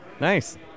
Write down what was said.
Nice